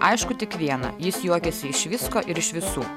aišku tik viena jis juokiasi iš visko ir iš visų